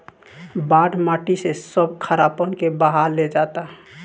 बाढ़ माटी से सब खारापन के बहा ले जाता